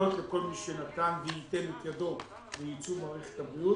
להודות לכל מי שנתן וייתן את ידו לייצוב מערכת הבריאות.